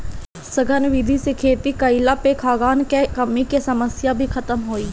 सघन विधि से खेती कईला पे खाद्यान कअ कमी के समस्या भी खतम होई